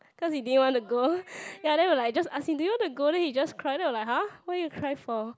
cause he didn't wanna go ya then we're like just ask him do you wanna go then he just cry then we're like !huh! what you cry for